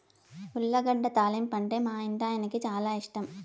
ఉర్లగడ్డ తాలింపంటే మా ఇంటాయనకి చాలా ఇష్టం